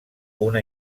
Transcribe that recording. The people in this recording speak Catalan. una